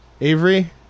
Avery